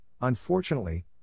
unfortunately